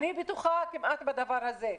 אני בטוחה כמעט בדבר הזה,